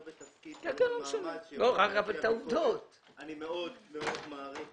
אני לא בתפקיד ואני לא במעמד של -- אני מאוד מאוד מעריך,